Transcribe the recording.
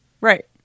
right